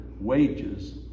wages